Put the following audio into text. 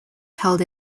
held